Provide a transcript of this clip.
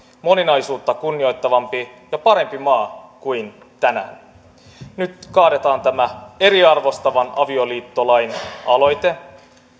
moninaisuutta kunnioittavampi ja parempi maa kuin tänään nyt kaadetaan tämä eriarvostavan avioliittolain aloite